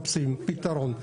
אתה הוספת את המילה